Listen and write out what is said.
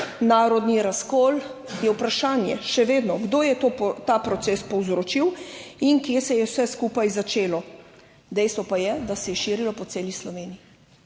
narodni razkol, je vprašanje še vedno, kdo je ta proces povzročil in kje se je vse skupaj začelo. Dejstvo pa je, da se je širilo po celi Sloveniji.